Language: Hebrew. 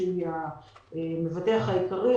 שהיא המבטח העיקרי,